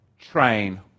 train